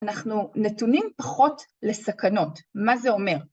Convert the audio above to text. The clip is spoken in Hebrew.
אנחנו נתונים פחות לסכנות, מה זה אומר?